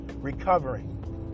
recovering